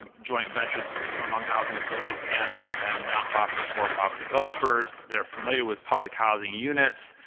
joint ventures among housing authorities and and nonprofit and for-profit developers. they're familiar with public housing unit.